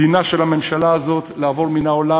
דינה של הממשלה הזאת לעבור מן העולם,